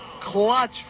Clutch